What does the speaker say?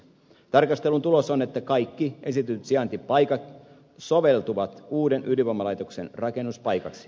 tarkastelun tulos on että kaikki esitetyt sijaintipaikat soveltuvat uuden ydinvoimalaitoksen rakennuspaikaksi